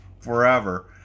forever